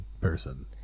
person